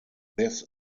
this